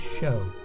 show